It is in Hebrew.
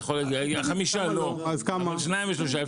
חמישה לא אבל שניים ושלושה.